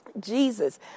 Jesus